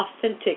authentic